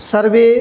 सर्वे